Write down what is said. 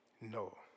no